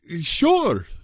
sure